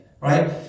right